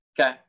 Okay